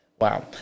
wow